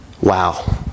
Wow